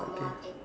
okay